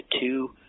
two